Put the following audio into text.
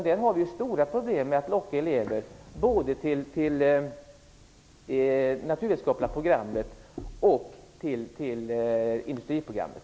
Tvärtom är det stora problem med att locka elever både till det naturvetenskapliga programmet och till industriprogrammet.